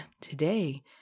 today